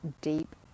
deep